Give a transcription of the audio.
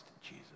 jesus